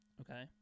Okay